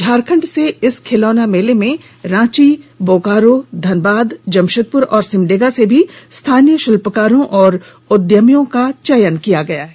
झारखंड से इस खिलौना मेले में रांची बोकारो धनबाद जमशेदपुर और सिमडेगा से भी स्थानीय शिल्पकारों और उद्यमियों क चयन किया है